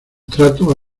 trato